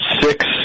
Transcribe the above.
six